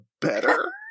better